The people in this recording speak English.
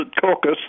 Caucus